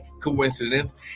coincidence